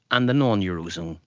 and the non-eurozone,